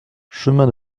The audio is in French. chemin